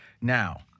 Now